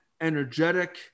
energetic